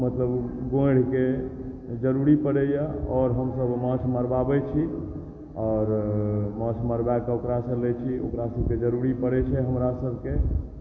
मतलब गोढ़िके जरूरी पड़ैए आओर हमसभ माछ मरबाबै छी आओर माछ मरबैक ओकरासँ लय छी ओकरा सभके जरूरी पड़ै छै हमरा सभके